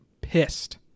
pissed